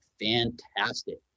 fantastic